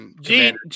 Gene